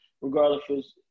regardless